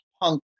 punk